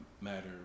Matter